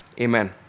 Amen